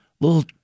Little